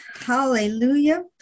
Hallelujah